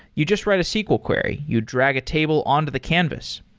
you just write a sql query. you drag a table on to the canvas.